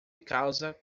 causa